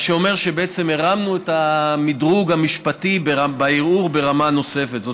מה שאומר שהרמנו את המדרוג המשפטי בערעור ברמה נוספת.